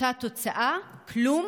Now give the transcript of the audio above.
אותה תוצאה, כלום?